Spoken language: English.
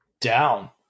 Down